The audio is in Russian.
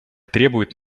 требует